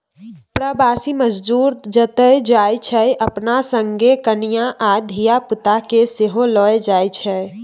प्रबासी मजदूर जतय जाइ छै अपना संगे कनियाँ आ धिया पुता केँ सेहो लए जाइ छै